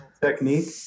technique